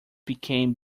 became